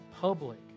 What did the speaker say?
public